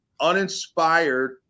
uninspired